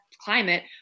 climate